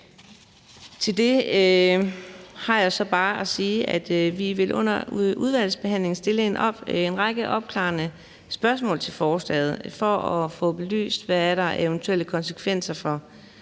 Til det har jeg så bare at sige, at vi under udvalgsbehandlingen vil stille en række opklarende spørgsmål til forslaget for at få belyst, hvad der er af eventuelle konsekvenser for